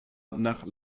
nach